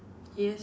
yes